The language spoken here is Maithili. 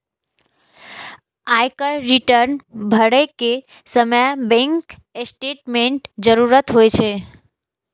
आयकर रिटर्न भरै के समय बैंक स्टेटमेंटक जरूरत होइ छै